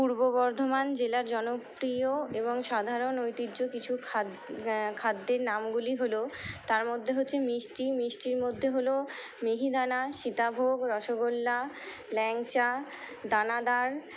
পূর্ব বর্ধমান জেলার জনপ্রিয় এবং সাধারণ ঐতিহ্য কিছু খাদ খাদ্যের নামগুলি হল তার মধ্যে হচ্ছে মিষ্টি মিষ্টির মধ্যে হলো মিহিদানা সীতাভোগ রসগোল্লা ল্যাংচা দানাদার